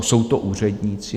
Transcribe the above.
Jsou to úředníci?